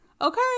okay